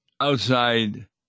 outside